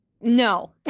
No